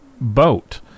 boat